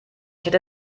hätte